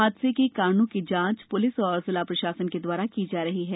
हादसे के कारणों की जांच प्लिस व जिला प्रशासन के दवारा की जा रही है